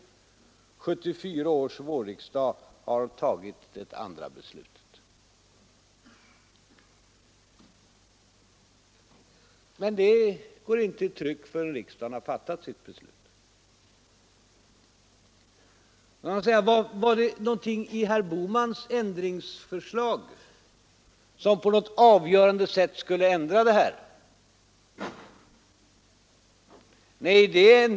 1974 års vårriksdag har tagit det andra beslutet.” Men detta går inte i tryck förrän riksdagen har fattat sitt beslut. Fanns det då någonting i herr Bohmans ändringsförslag som på något avgörande sätt skulle ändra det här?